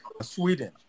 Sweden